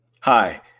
Hi